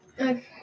Okay